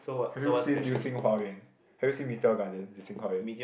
have you seen 流星花园 have you seen Meteor Garden 流星花园